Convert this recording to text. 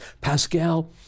Pascal